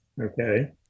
okay